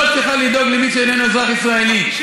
לא צריכה לדאוג למי שאיננו אזרח ישראלי.